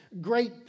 great